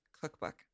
Cookbook